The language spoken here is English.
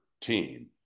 team